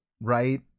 right